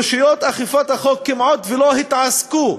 רשויות אכיפת החוק כמעט שלא התעסקו